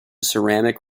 ceramic